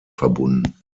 verbunden